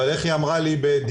אבל איך היא אמרה לי בדיון?